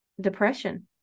depression